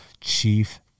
chief